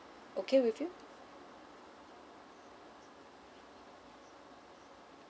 okay with you